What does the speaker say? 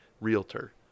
realtor